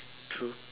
true